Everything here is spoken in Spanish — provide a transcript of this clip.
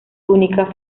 única